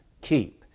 keep